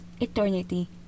eternity